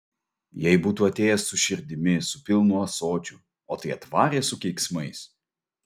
jei būtų atėjęs su širdimi su pilnu ąsočiu o tai atvarė su keiksmais